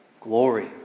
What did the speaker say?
glory